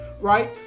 right